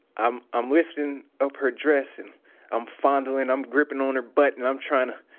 i'm i'm lifting up her dress and i'm fondlin'. i'm grippin' on her butt, and i'm tryin' to,